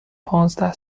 پانزده